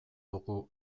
dugu